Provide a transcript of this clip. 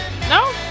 No